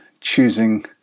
choosing